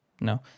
No